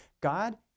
God